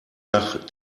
nach